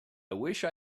wished